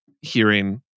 hearing